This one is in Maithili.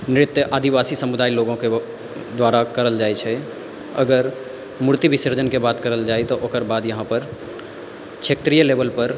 नृत्य आदिवासी समुदायके लोगोंके द्वारा करल जाइ छै अगर मूर्ति विसर्जनके बात करल जाइ तऽ ओकर बाद यहाँपर क्षेत्रीय लेवलपर